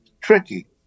tricky